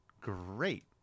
great